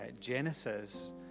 Genesis